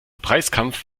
preiskampf